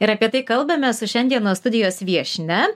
ir apie tai kalbamės su šiandienos studijos viešnia